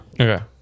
Okay